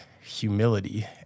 humility